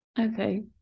Okay